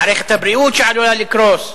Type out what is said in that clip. מערכת הבריאות שעלולה לקרוס.